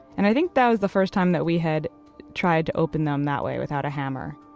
and i think that was the first time that we had tried to open them that way without a hammer.